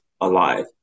alive